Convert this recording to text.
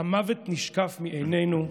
המוות נשקף מעינינו,